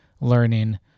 learning